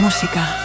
Música